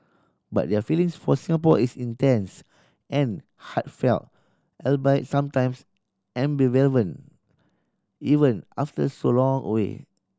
but their feelings for Singapore is intense and heartfelt albeit sometimes even after so long away